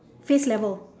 face level